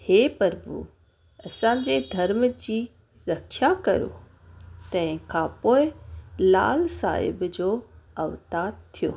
हे प्रभु असांजे धर्म जी रक्षा करो तंहिं खां पोइ लाल साहिब जो अवतारु थियो